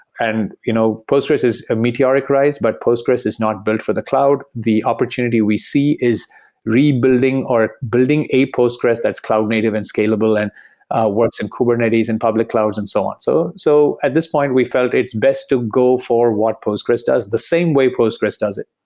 and you know postgres is a meteoric rise, but postgres is not built for the cloud. the opportunity we see is rebuilding or building a postgres that's cloud native and scalable and works in kubernetes, in public clouds and so on. so so at this point, we felt it's best to go for what postgres does the same way postgres does it.